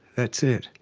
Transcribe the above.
that's it.